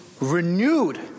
renewed